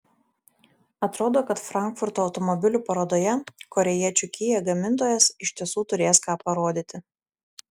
atrodo kad frankfurto automobilių parodoje korėjiečių kia gamintojas iš tiesų turės ką parodyti